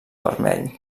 vermell